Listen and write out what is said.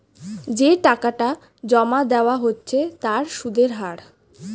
যে টাকাটা জমা দেওয়া হচ্ছে তার সুদের হার